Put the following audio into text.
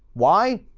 why?